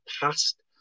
past